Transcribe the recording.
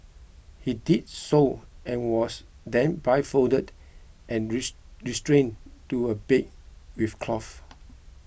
he did so and was then blindfolded and restrained to a bed with cloth